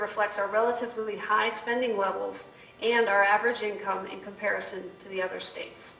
reflects our relatively high spending levels and our average income in comparison to the other states